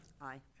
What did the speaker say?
Aye